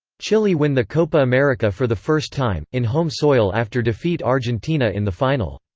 chile win the copa america for the first time, in home soil after defeat argentina in the final.